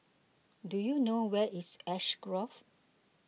do you know where is Ash Grove